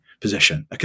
position